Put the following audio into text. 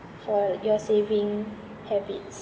for your saving habits